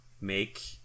make